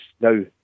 now